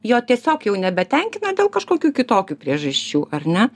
jo tiesiog jau nebetenkina dėl kažkokių kitokių priežasčių ar ne